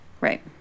Right